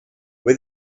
with